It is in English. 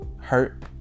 hurt